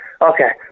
Okay